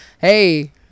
hey